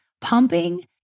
pumping